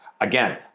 Again